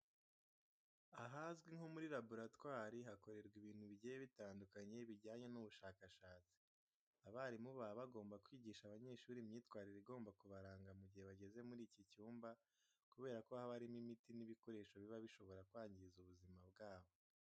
Ahazwi nko muri laboratwari hakorerwa ibintu bigiye bitandukanye bijyanye n'ubushakashatsi. Abarimu baba bagomba kwigisha abanyeshuri imyitwarire igomba kubaranga mu gihe bageze muri iki cyuma kubera ko haba harimo imiti n'ibikoresho biba bishobora kwangiza ubuzima bwabo.